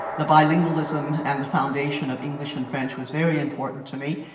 the bilingualism and the foundation of english and french was very important to me.